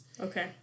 Okay